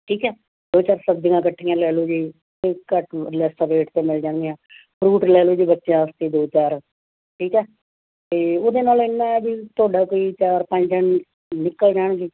ਠੀਕ ਹੈ ਦੋ ਚਾਰ ਸਬਜ਼ੀਆਂ ਇਕੱਠੀਆਂ ਲੈ ਲਓ ਜੀ ਕੋਈ ਘੱਟ ਲੈਸ ਰੇਟ 'ਤੇ ਮਿਲ ਜਾਣੀ ਆ ਫਰੂਟ ਲੈ ਲਓ ਜੇ ਬੱਚਿਆਂ ਵਾਸਤੇ ਦੋ ਚਾਰ ਠੀਕ ਹੈ ਅਤੇ ਉਹਦੇ ਨਾਲ ਇੰਨਾ ਵੀ ਤੁਹਾਡਾ ਕੋਈ ਚਾਰ ਪੰਜ ਦਿਨ ਨਿਕਲ ਜਾਣਗੇ